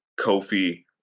Kofi